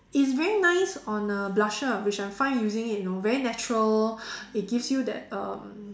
it's very nice on a blusher which I'm fine using it you know very natural it gives you that um